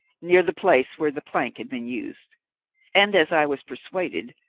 near the place where the plank had been used and, as i was persuaded,